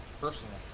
personally